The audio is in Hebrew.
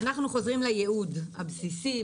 אנחנו חוזרים לייעוד הבסיסי.